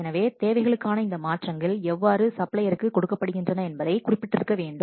எனவே தேவைகளுக்கான இந்த மாற்றங்கள் எவ்வாறு சப்ளையருக்கு கொடுக்கப்படுகின்றன என்பதைக் குறிப்பிட்டிருக்க வேண்டும்